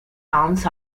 towns